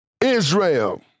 Israel